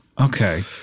Okay